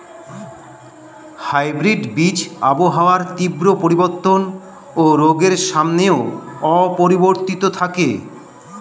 hybrid বীজ আবহাওয়ার তীব্র পরিবর্তন ও রোগের সামনেও অপরিবর্তিত থাকে